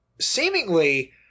seemingly